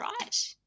right